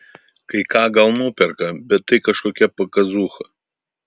kai ką gal nuperka bet tai kažkokia pakazūcha